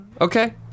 Okay